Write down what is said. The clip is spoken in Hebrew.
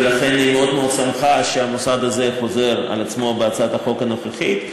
ולכן היא מאוד מאוד שמחה שהמוסד הזה חוזר בהצעת החוק הנוכחית.